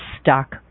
stuck